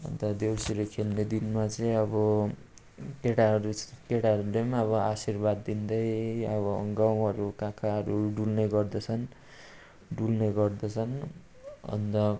अन्त देउसिरे खेल्ने दिनमा चाहिँ अब केटाहरू केटाहरूले पनि अब आशीर्वाद दिँदै अब गाउँहरू कहाँ कहाँहरू डुल्ने गर्दछन् डुल्ने गर्दछन् अन्त